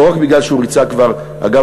לא רק מפני שהוא ריצה כבר אגב,